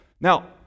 Now